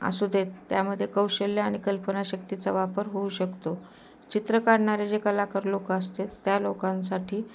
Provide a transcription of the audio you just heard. असू देत त्यामध्ये कौशल्य आणि कल्पनाशक्तीचा वापर होऊ शकतो चित्र काढणारे जे कलाकार लोक असतात त्या लोकांसाठी